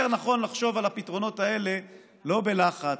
יותר נכון לחשוב על הפתרונות הללו לא בלחץ,